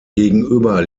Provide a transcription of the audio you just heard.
gegenüber